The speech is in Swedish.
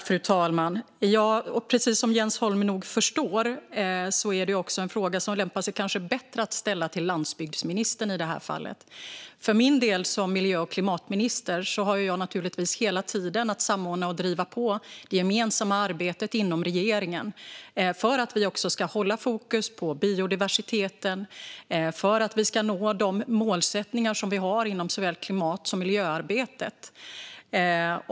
Fru talman! Precis som Jens Holm nog förstår är detta en fråga som kanske lämpar sig bättre att ställa till landsbygdsministern. Jag har för min del, som miljö och klimatminister, hela tiden att samordna och driva på det gemensamma arbetet inom regeringen för att vi ska hålla fokus på biodiversiteten och nå de målsättningar vi har inom såväl klimat som miljöarbetet.